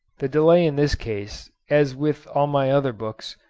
the delay in this case, as with all my other books,